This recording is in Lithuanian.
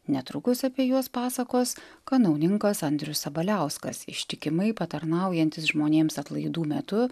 netrukus apie juos pasakos kanauninkas andrius sabaliauskas ištikimai patarnaujantis žmonėms atlaidų metu